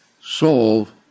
solve